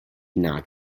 not